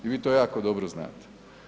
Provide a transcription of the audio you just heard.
I vi to jako dobro znate.